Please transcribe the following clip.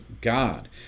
God